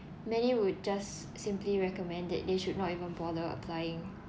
many would just simply recommend it they should not even bother applying